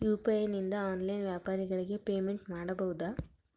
UPI ನಿಂದ online ವ್ಯಾಪಾರಗಳಿಗೆ payment ಮಾಡಬಹುದಾ?